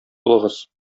булыгыз